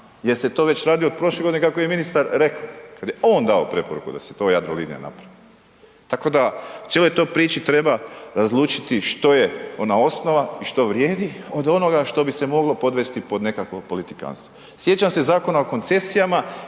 jer se to već radi od prošle godine kako je ministar rekao, kad je on dao preporuku da se to Jadrolinija napravi. Tako da u cijeloj toj priči treba razlučiti što je ona osnova i što vrijedi od onoga što bi se moglo podvesti pod nekakvo politikanstvo. Sjećam se Zakona o koncesijama